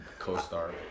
CoStar